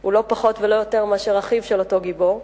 הוא לא פחות ולא יותר מאשר אחיו של אותו גיבור,